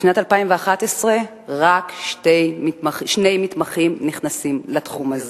בשנת 2011 רק שני מתמחים נכנסים לתחום הזה,